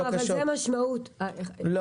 אתם לא אשמים אבל זו המשמעות.